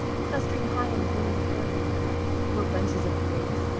clustering high in blooming pyramids there were bunches of grapes,